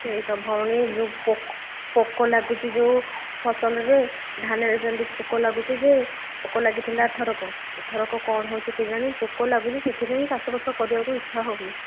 ସେହି ତ ଭଉଣୀ ଯେଉଁ ପୋକ ପୋକ ଲାଗୁଛି ଯେଉଁ ଫସଲରେ ଧାନରେ ସେମିତି ପୋକ ଲାଗୁଛି ଯେ ପୋକ ଲାଗିଥିଲା ଆର ଥରକ ଏଥରକ କ'ଣ ହେଉଛି କେଜାଣି ପୋକ ଲାଗୁଛି ସେଥିପାଇଁ ଏହି ଚାଷ ବାସ କରିବାକୁ ଇଚ୍ଛା ହେଉନି